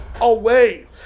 away